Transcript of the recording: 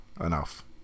enough